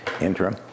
interim